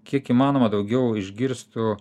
kiek įmanoma daugiau išgirstų